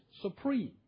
supreme